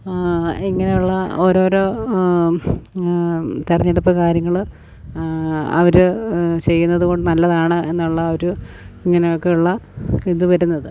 ഇങ്ങനെയുള്ള ഓരോരോ തെരഞ്ഞെടുപ്പ് കാര്യങ്ങള് അവര് ചെയ്യുന്നതുകൊണ്ട് നല്ലതാണ് എന്നുള്ള ഒരു ഇങ്ങനൊക്കെയുള്ള ഇത് വരുന്നത്